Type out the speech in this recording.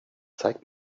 zeig